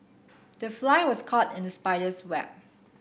the fly was caught in the spider's web